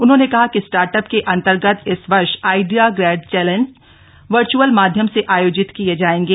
उन्होंने कहा कि स्टार्ट अप के अन्तगर्त इस वर्ष आइडिया ग्रैंड चैलेन्ज वर्च्अल माध्यम से आयोजित किये जायेंगे